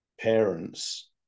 parents